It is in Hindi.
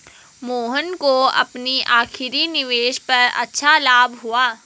मोहन को अपनी आखिरी निवेश पर अच्छा लाभ हुआ